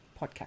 Podcast